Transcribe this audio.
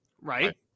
right